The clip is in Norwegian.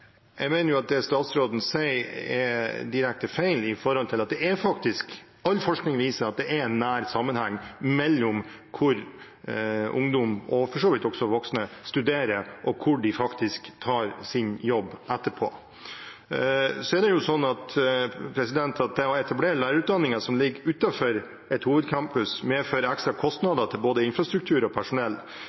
Jeg mener at det statsråden sier, er direkte feil med tanke på at all forskning viser at det er en nær sammenheng mellom hvor ungdom, og for så vidt også voksne, studerer og hvor de faktisk tar seg jobb etterpå. Det er sånn at det å etablere lærerutdanninger som ligger utenfor et hovedcampus, medfører ekstra kostnader til både infrastruktur og personell.